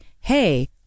hey